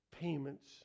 Payments